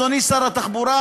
אדוני שר התחבורה,